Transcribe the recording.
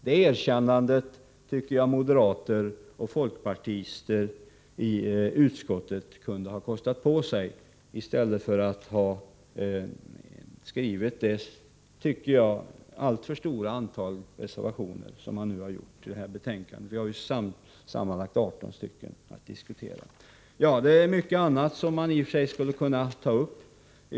Det erkännandet tycker jag moderater och folkpartister i utskottet kunde kosta på sig i stället för att skriva det som jag tycker alltför stora antalet reservationer i detta betänkande — vi har sammanlagt 18 stycken att debattera. Det är mycket annat man i och för sig skulle kunna ta upp.